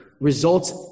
results